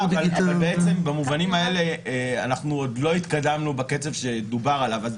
במובנים האלה עוד לא התקדמנו בקצב שדובר עליו.